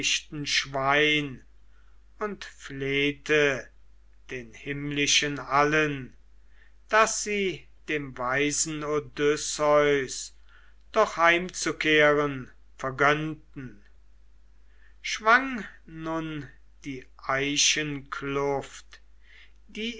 schwein und flehte den himmlischen allen daß sie dem weisen odysseus doch heimzukehren vergönnten schwang nun die eichenkluft die